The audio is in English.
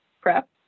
PrEP